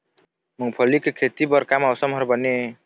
मूंगफली के खेती बर का मौसम हर बने ये?